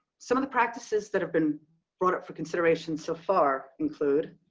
some of the practices that have been brought up for consideration so far include